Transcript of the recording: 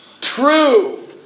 true